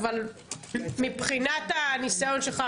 מבחינת הניסיון שלך,